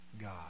God